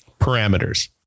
parameters